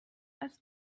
als